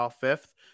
fifth